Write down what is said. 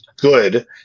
good